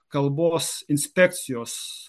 kalbos inspekcijos